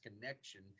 connection